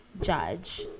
judge